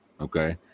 Okay